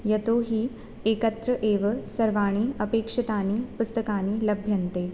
यतोहि एकत्र एव सर्वाणि अपेक्षितानि पुस्तकानि लभ्यन्ते